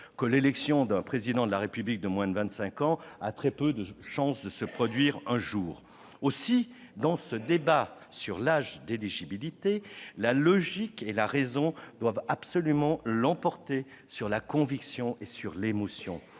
que l'élection d'un Président de la République de moins de vingt-cinq ans a très peu de chance de se produire un jour. Aussi, dans ce débat sur l'âge d'éligibilité, la logique et la raison doivent absolument l'emporter sur la conviction et sur l'émotion.